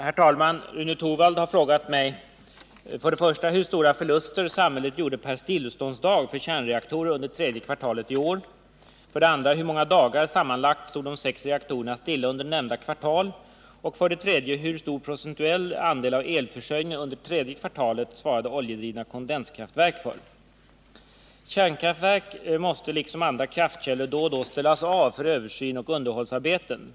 Herr talman! Rune Torwald har frågat mig: Kärnkraftverk måste — liksom andra kraftkällor — då och då ställas av för översyn och underhållsarbeten.